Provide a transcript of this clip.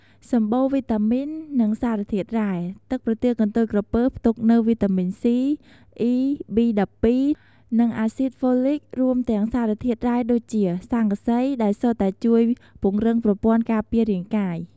សម្បូរវីតាមីន និងសារធាតុរ៉ែ ទឹកប្រទាលកន្ទុយក្រពើផ្ទុកនូវវីតាមីន C, E, B12 និងអាស៊ីតហ្វូលិក រួមទាំងសារធាតុរ៉ែដូចជា ស័ង្កសី ដែលសុទ្ធតែជួយពង្រឹងប្រព័ន្ធការពាររាងកាយ។